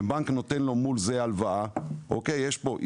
ובנק נותן לו הלוואה מול זה יש פה את